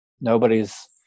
nobody's